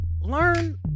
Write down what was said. learn